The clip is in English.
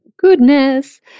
goodness